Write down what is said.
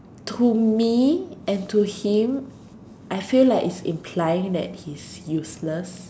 to me and to him I feel like it's implying that he's useless